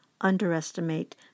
underestimate